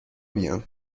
بیان